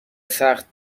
سخت